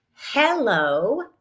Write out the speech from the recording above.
Hello